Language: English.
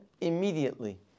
immediately